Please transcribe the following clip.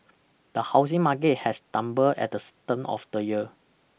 the housing market has stumbled at the turn of the year